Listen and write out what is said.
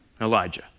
Elijah